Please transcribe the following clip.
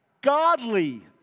godly